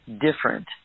different